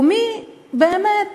ומי באמת